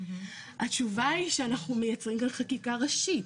התשובה היא שאנחנו מייצרים כאן חקיקה ראשית.